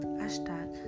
hashtag